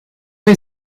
hij